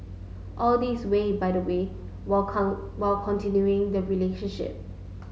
all this way by the way while while continuing the relationship